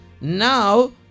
Now